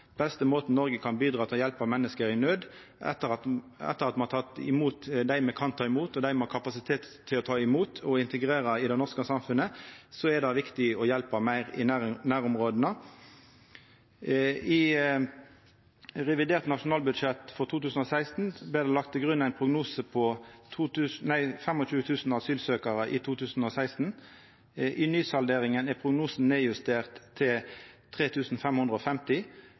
beste måten Noreg kan bidra til å hjelpa menneske i nød på. Etter at me har teke imot dei me kan ta imot, og dei me har kapasitet til å ta imot og integrera i det norske samfunnet, er det viktig å hjelpa meir i nærområda. I revidert nasjonalbudsjett for 2016 vart det lagt til grunn ein prognose på 25 000 asylsøkjarar i 2016. I nysalderinga er prognosen justert ned til